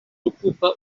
ocupa